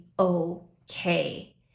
Okay